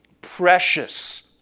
precious